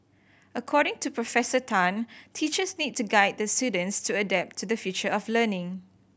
according to Professor Tan teachers need to guide their students to adapt to the future of learning